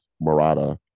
Murata